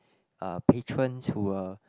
uh patrons who were